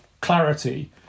clarity